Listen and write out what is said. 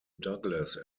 douglas